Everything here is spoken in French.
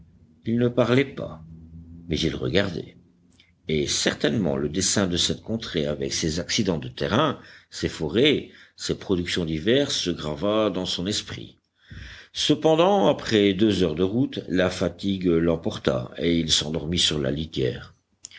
il ne parlait pas mais il regardait et certainement le dessin de cette contrée avec ses accidents de terrain ses forêts ses productions diverses se grava dans son esprit cependant après deux heures de route la fatigue l'emporta et il s'endormit sur la litière